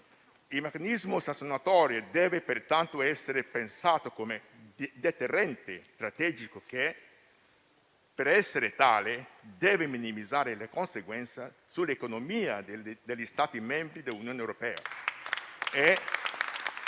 Il meccanismo sanzionatorio deve pertanto essere pensato come deterrente strategico che, per essere tale, deve minimizzare le conseguenze sulle economie degli Stati membri dell'Unione europea